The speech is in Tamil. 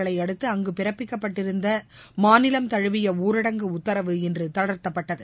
கடந்த அடுத்து அங்கு பிறப்பிக்கப்பட்டிருந்த மாநிலம் தழுவிய ஊரடங்கு உத்தரவு இன்று தளர்த்தப்பட்டது